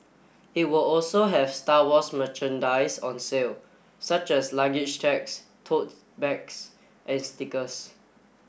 it will also have Star Wars merchandise on sale such as luggage tags tote bags and stickers